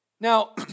Now